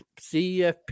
CFP